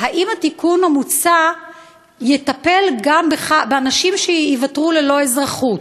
האם התיקון המוצע יטפל גם באנשים שייוותרו ללא אזרחות?